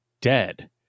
dead